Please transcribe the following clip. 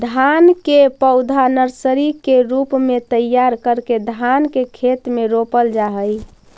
धान के पौधा नर्सरी के रूप में तैयार करके धान के खेत में रोपल जा हइ